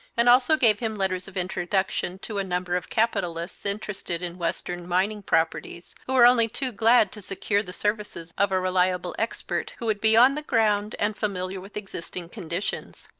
and also gave him letters of introduction to a number of capitalists interested in western mining properties, who were only too glad to secure the services of a reliable expert who would be on the ground and familiar with existing conditions.